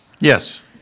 Yes